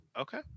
Okay